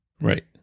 Right